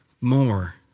more